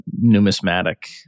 numismatic